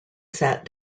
sat